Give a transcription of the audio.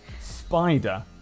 Spider